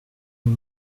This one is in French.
lui